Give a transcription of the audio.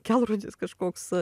kelrodis kažkoks